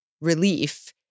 relief